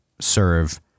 serve